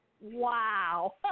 Wow